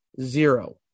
Zero